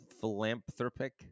Philanthropic